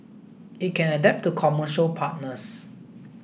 it can adapt to commercial partners